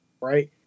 Right